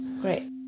Great